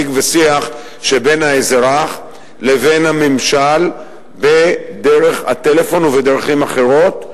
השיג והשיח שבין האזרח לבין הממשל דרך הטלפון ובדרכים אחרות.